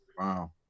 Wow